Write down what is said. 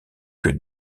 que